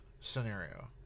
scenario